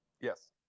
Yes